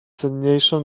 cenniejszą